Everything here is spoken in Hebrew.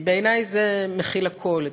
בעיני זה מכיל הכול,